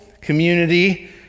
community